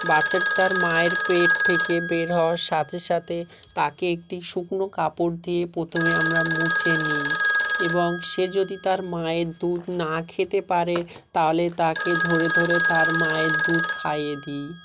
বাচ্চাটি তার মায়ের পেট থেকে বের হওয়ার সাথে সাথে তাকে একটি শুকনো কাপড় দিয়ে প্রথমে আমরা মুছে নিই এবং সে যদি তার মায়ের দুধ না খেতে পারে তাহলে তাকে ধরে ধরে তার মায়ের দুধ খাইয়ে দিই